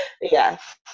Yes